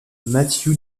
matthew